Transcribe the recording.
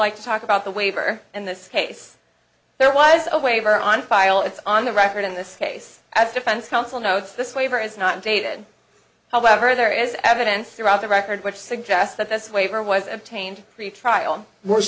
like to talk about the waiver in this case there was a waiver on file it's on the record in this case as defense counsel notes this waiver is not dated however there is evidence throughout the record which suggests that this waiver was obtained pretrial wors